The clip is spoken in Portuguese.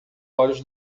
olhos